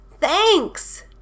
thanks